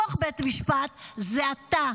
בתוך בית משפט, זה אתה.